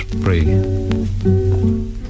pray